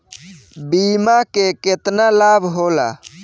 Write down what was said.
बीमा के केतना लाभ होला?